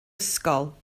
ysgol